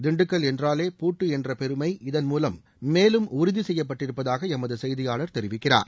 திண்டுக்கல் என்றாலே பூட்டு என்ற பெருமை இதன்மூலம் மேலும் உறதி செய்யப்பட்டிருப்பதாக எமது செய்தியாளர் தெரிவிக்கிறார்